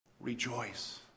Rejoice